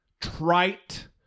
trite